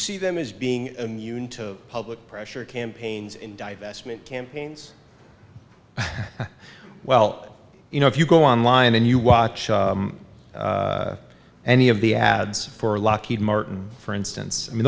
see them as being immune to public pressure campaigns in divestment campaigns well you know if you go online and you watch any of the ads for lockheed martin for instance i mean